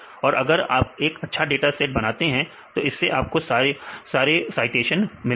और अगर आप एक अच्छा डाटा सेट बनाते हैं तो इससे आपको बहुत सारे साईटेशन मिलते हैं